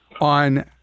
on